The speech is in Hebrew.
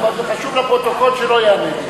זה חשוב לפרוטוקול, שלא יענה לי.